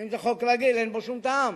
אם זה חוק רגיל אין בו שום טעם.